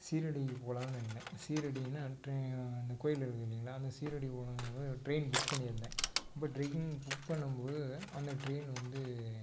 சீரடிக்குப் போகலான்னு இருந்தேன் சீரடின்னா ட்ரெயின் அந்த கோவில் இருக்குது இல்லைங்களா அந்த சீரடி போகிறதுக்கு ட்ரெயின் புக் பண்ணி இருந்தேன் இப்போ ட்ரெயின் புக் பண்ணும் போது அது அந்த ட்ரெயின் வந்து